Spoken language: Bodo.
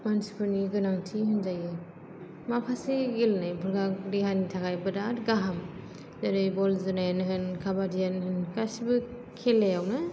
मानसिफोरनि गोनांथि होनजायो माखासे गेलेनायफोरा देहानि थाखाय बिरात गाहाम जेरै बल जोनायानो होन काबादि गेलेनायानो होन गासिबो खेलायावनो